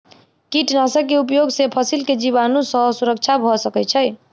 कीटनाशक के उपयोग से फसील के जीवाणु सॅ सुरक्षा भअ सकै छै